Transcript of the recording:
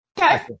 Okay